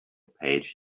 page